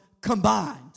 combined